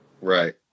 right